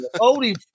holy